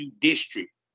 District